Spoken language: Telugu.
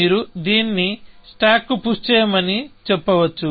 మీరు దానిని స్టాక్కు పుష్ చేయమని చెప్పవచ్చు